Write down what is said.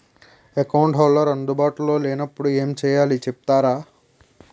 Account holder అందు బాటులో లే నప్పుడు ఎం చేయాలి చెప్తారా?